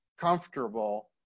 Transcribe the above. comfortable